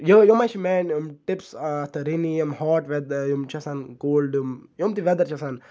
یِمے چھِ میانۍ ٹِپٕس اَتھ رینی یِم ہاٹ ویدر چھُ آسان کولڑ یِم تہِ ویدر چھِ آسان